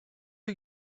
you